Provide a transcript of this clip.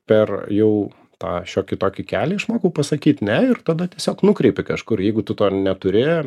per jau tą šiokį tokį kelią išmokau pasakyt ne ir tada tiesiog nukreipi kažkur jeigu tu to neturi